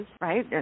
right